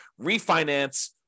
refinance